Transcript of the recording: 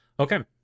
Okay